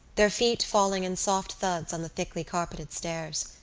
their feet falling in soft thuds on the thickly carpeted stairs.